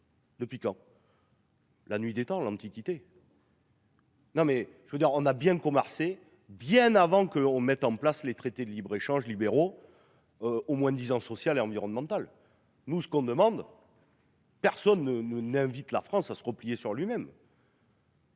Depuis quand. La nuit des temps l'Antiquité. Non mais je veux dire on a bien cours Marcé bien avant qu'on mette en place les traités de libre-échange libéraux. Au moins disant social et environnemental. Nous ce qu'on demande. Personne ne n'invite la France à se replier sur lui-même.